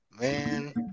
man